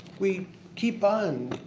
we keep on